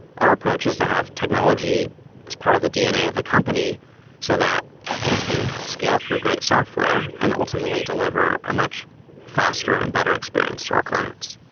our approach is to have technology as part of the dna of the company so that we can scale through great software and ultimately deliver a much faster and better experience to our clients.